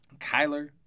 Kyler